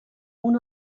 اون